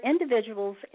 individuals